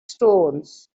stones